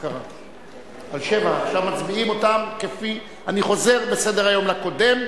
אני חוזר בסדר-היום לקודם,